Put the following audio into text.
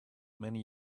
many